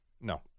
No